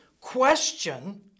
question